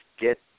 get